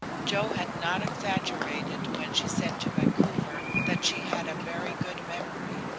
joe had not exaggerated when she said to vancouver that she had a very good memory,